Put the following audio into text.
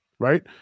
Right